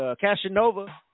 Casanova